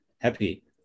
happy